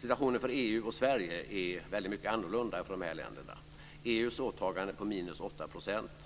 Situationen för EU och Sverige är väldigt annorlunda jämfört med de här länderna. EU:s åtagande är på minus 8 %.